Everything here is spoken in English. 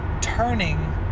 turning